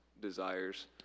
desires